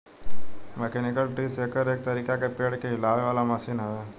mechanical tree shaker एक तरीका के पेड़ के हिलावे वाला मशीन हवे